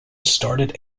started